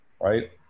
right